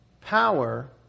Power